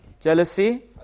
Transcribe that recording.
Jealousy